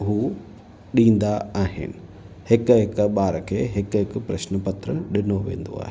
हू ॾींदा आहिनि हिकु हिकु ॿार खे हिकु हिकु प्रश्न पत्र ॾिनो वेंदो आहे